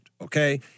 okay